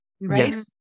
right